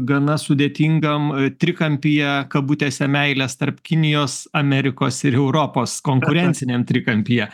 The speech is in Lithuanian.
gana sudėtingam trikampyje kabutėse meilės tarp kinijos amerikos ir europos konkurenciniam trikampyje